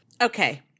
Okay